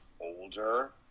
older